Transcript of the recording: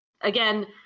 again